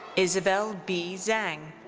isabelle b. zhang.